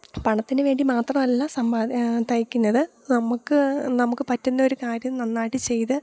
പണത്തിനുവേണ്ടി മാത്രമല്ല തയ്ക്കുന്നത് നമുക്ക് നമുക്ക് പറ്റുന്നൊരു കാര്യം നന്നായിട്ട് ചെയ്ത്